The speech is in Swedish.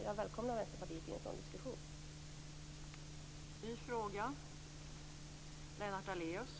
Jag välkomnar Vänsterpartiet i en sådan diskussion.